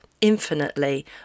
infinitely